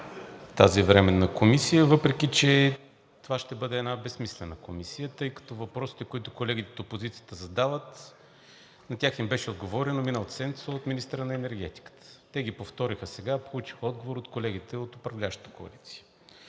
тази временна комисия, въпреки че това ще бъде една безсмислена комисия, тъй като въпросите, които колегите от опозицията задават – на тях им беше отговорено миналата седмица от министъра на енергетиката. Те ги повториха сега, получиха отговор от колегите от управляващата коалиция.